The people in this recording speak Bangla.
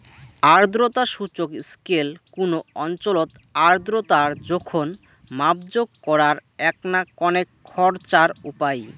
আর্দ্রতা সূচক স্কেল কুনো অঞ্চলত আর্দ্রতার জোখন মাপজোক করার এ্যাকনা কণেক খরচার উপাই